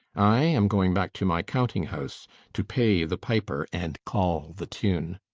i am going back to my counting house to pay the piper and call the tune.